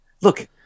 look